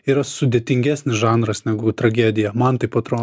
yra sudėtingesnis žanras negu tragedija man taip atrodo